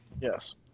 Yes